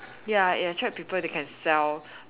ya it attract people they can sell